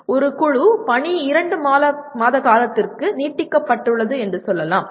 ஒரு குழு பணி 2 மாத காலத்திற்கு நீட்டிக்கப்பட்டுள்ளது என்று சொல்லலாம்